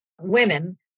women